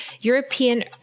European